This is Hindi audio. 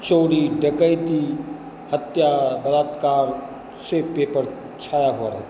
चोरी डकैती हत्या बलात्कार से पेपर छाया हुआ रहता है